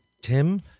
Tim